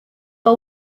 for